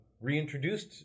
reintroduced